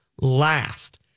last